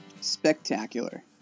Spectacular